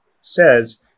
says